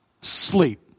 sleep